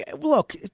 look